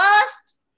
first